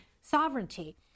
sovereignty